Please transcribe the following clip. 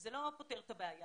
זה לא פותר את הבעיה.